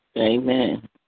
Amen